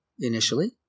initially